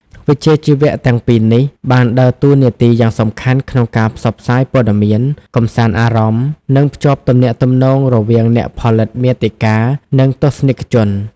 វិជ្ជាជីវៈទាំងពីរនេះ បានដើរតួនាទីយ៉ាងសំខាន់ក្នុងការផ្សព្វផ្សាយព័ត៌មាន កម្សាន្តអារម្មណ៍ និងភ្ជាប់ទំនាក់ទំនងរវាងអ្នកផលិតមាតិកា និងទស្សនិកជន។